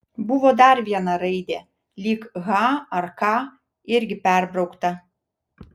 buvo dar viena raidė lyg h ar k irgi perbraukta